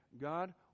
God